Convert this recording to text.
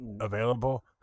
available